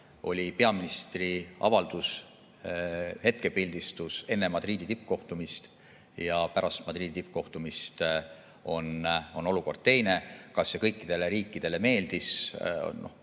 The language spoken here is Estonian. oli peaministri avaldus hetkepildistus enne Madridi tippkohtumist. Pärast Madridi tippkohtumist on olukord teine. Kas see kõikidele riikidele meeldis?